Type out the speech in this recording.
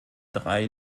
drei